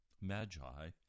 Magi